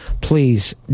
Please